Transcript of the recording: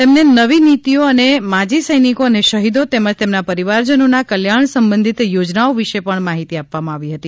તેમને નવી નીતિઓ અને માજી સૈનિકો અને શહીદો તેમજ તેમના પરિવારજનોના કલ્યાણ સંબંધિત યોજનાઓ વિશે માહિતી આપવામાં આવી હતી